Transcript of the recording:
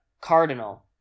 cardinal